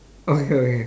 okay okay